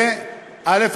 א.